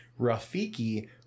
Rafiki